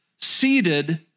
seated